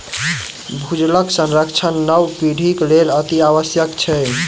भूजलक संरक्षण नव पीढ़ीक लेल अतिआवश्यक छै